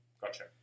Gotcha